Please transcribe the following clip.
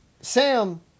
Sam